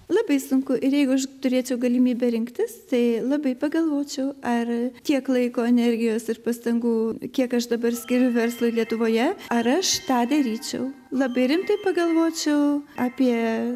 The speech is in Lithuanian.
labai sunku ir jeigu aš turėčiau galimybę rinktis tai labai pagalvočiau ar tiek laiko energijos ir pastangų kiek aš dabar skiriu verslui lietuvoje ar aš tą daryčiau labai rimtai pagalvočiau apie